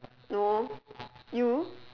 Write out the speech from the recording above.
no you